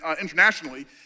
internationally